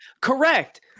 Correct